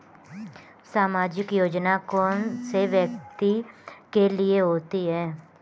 सामाजिक योजना कौन से व्यक्तियों के लिए होती है?